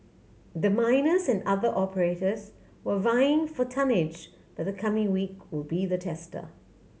the miners and other operators were vying for tonnage but the coming week will be the tester